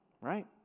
right